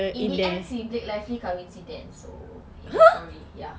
in the end si blake lively kahwin si dan so love story